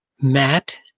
Matt